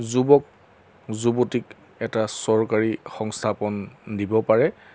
যুৱক যুৱতীক এটা চৰকাৰী সংস্থাপন দিব পাৰে